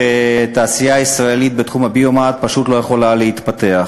שתעשייה ישראלית בתחום הביו-מד פשוט לא יכולה להתפתח.